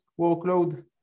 workload